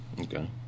Okay